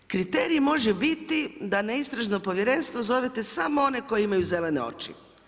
Kriterij može biti, da na istražno povjerenstvo zovete samo one koje imaju zelene oči.